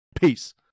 Peace